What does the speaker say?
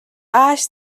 ааш